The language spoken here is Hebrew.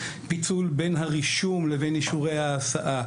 פיצול בין הרישום לבין אישורי ההסעה,